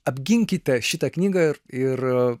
apginkite šitą knygą ir